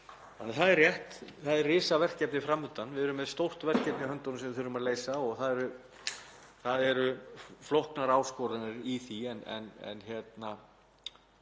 þangað. Það er rétt, það er risaverkefni fram undan. Við erum með stórt verkefni í höndunum sem við þurfum að leysa og það eru flóknar áskoranir í því. Ég hef